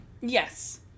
Yes